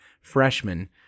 freshman